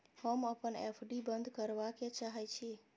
हम अपन एफ.डी बंद करबा के चाहे छी